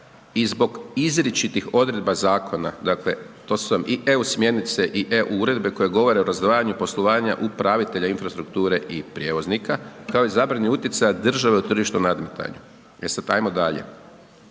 i zbog izričitih odredba zakona, dakle, to su vam i EU smjernice i EU uredbe koje govore o razdvajanju poslovanja upravitelja infrastrukture i prijevoznika, kao i zabrani utjecaja države u tržištu nadmetanja. E sad, ajmo dalje,